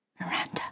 Miranda